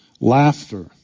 Laughter